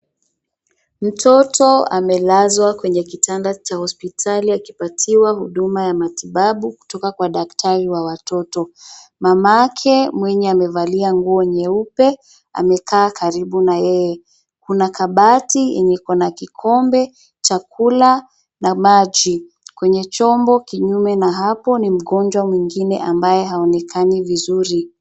Mtoto amelazwa kwenye kitanda cha hospitali akipatiwa huduma ya matibabu kutoka kwa daktari wa watoto. Mamake mwenye amevalia nguo nyeupe amekaa karibu na yeye. Kuna kabati yenye iko na kikombe, chakula na maji. Kwenye chombo kinyume na hapo ni mgonjwa mwigine ambaye haonekani vizuri.